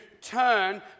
turn